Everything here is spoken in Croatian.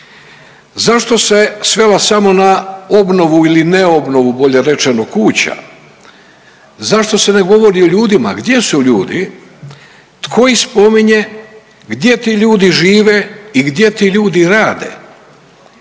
zašto se svela samo na obnovu ili ne obnovu bolje rečeno kuća, zašto se ne govori o ljudima, gdje su ljudi, tko ih spominje, gdje ti ljudi žive i gdje ti ljudi rade?